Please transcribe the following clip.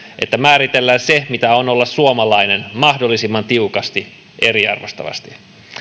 että määritellään se mitä on olla suomalainen mahdollisimman tiukasti eriarvoistavasti